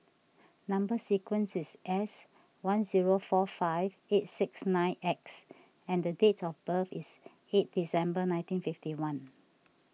Number Sequence is S one zero four five eight six nine X and date of birth is eight December nineteen fifty one